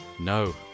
No